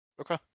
okay